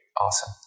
Awesome